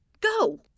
go